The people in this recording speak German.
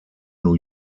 new